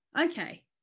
Okay